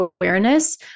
awareness